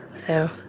so